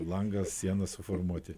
langą sieną suformuoti